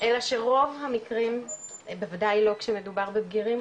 אלא שרוב המקרים בוודאי לא כשמדובר בבגירים,